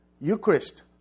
Eucharist